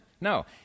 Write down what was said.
No